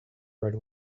right